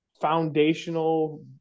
foundational –